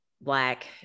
black